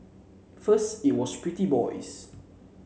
first it was pretty boys